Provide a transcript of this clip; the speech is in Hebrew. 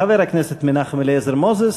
חבר הכנסת מנחם אליעזר מוזס.